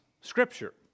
Scripture